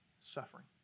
suffering